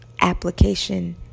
application